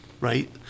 right